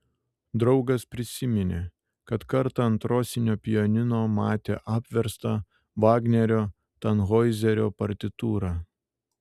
draugas prisiminė kad kartą ant rosinio pianino matė apverstą vagnerio tanhoizerio partitūrą